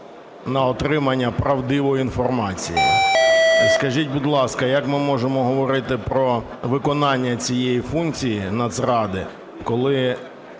на отримання правдивої інформації. Скажіть, будь ласка, як ми можемо говорити про виконання цієї функції Нацради, коли